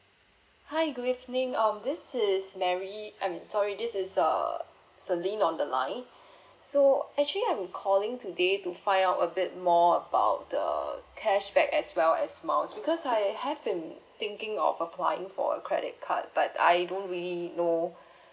hi good evening um this is Mary um sorry this is uh Celine on the line so actually I'm calling today to find out a bit more about the cashback as well as miles because I have been thinking of applying for a credit card but I don't really know